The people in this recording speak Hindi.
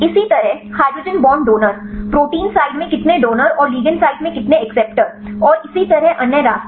इसी तरह hydrogen bond donor protein side में कितने डोनर और लिगैंड साइड में कितने एक्सेस्टर और इसी तरह अन्य रास्ते